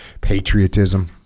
Patriotism